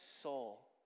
soul